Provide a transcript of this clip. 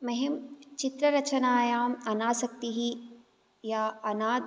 मह्यं चित्ररचनायाम् अनासक्तिः या अना